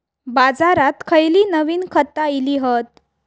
बाजारात खयली नवीन खता इली हत?